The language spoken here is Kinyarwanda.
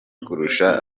kurusha